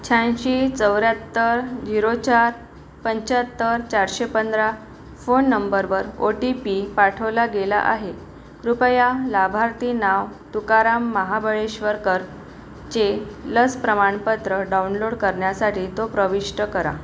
शहाऐंशी चौऱ्याहत्तर झीरो चार पंच्याहत्तर चारशे पंधरा फोन नंबरवर ओ टी पी पाठवला गेला आहे कृपया लाभार्थी नाव तुकाराम महाबळेश्वरकरचे लस प्रमाणपत्र डाउनलोड करण्यासाठी तो प्रविष्ट करा